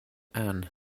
anne